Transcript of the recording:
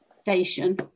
station